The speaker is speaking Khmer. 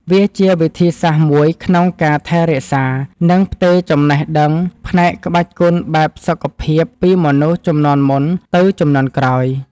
វាជាវិធីសាស្ត្រមួយក្នុងការថែរក្សា និងផ្ទេរចំណេះដឹងផ្នែកក្បាច់គុណបែបសុខភាពពីមនុស្សជំនាន់មុនទៅជំនាន់ក្រោយ។